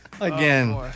Again